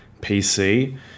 pc